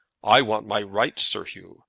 i want my rights, sir oo.